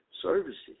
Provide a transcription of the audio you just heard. services